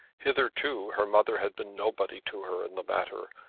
hitherto her mother had been nobody to her in the matter,